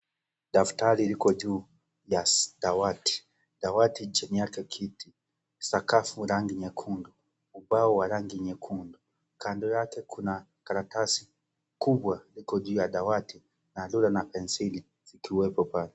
Daftari liko juu ya dawati, dawati chini yake Kiti sakafu rangi nyekundu Ubao wa rangi nyekundu kando yake kuna karatasi kubwa iko juu ya dawati na rura na penseli zikiwepo pale.